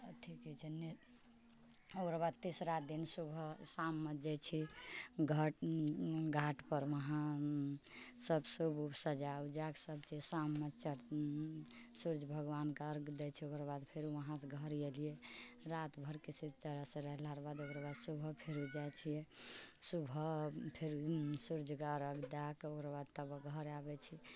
अथि कहै छै ओकरा बाद तेसरा दिन सुबह शाममे जाइ छी घट घाट पर वहाँ सभसँ सजा वजाके सभ चीज शाममे सूर्य भगवानके अर्घ दै छी ओकरा बाद फेरो वहाँसँ घर एलियै राति भर किसी तरहसँ रहलाके बाद ओकर बाद सुबह फेरो जाइ छियै सुबह फेर सूर्यके अर्घ दएके ओकर बाद तब घर आबै छियै